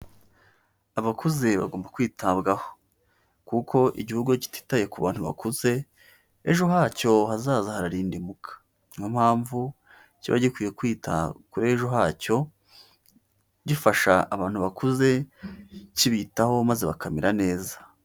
Abakuze bagomba kwitabwaho kuko igihugu iyo kititaye ku bantu bakuze, ejo hacyo hazaza hararindimuka. Niyo mpamvu kiba gikwiye kwita kuri ejo hacyo, gifasha abantu bakuze, kibitaho maze bakamera neza.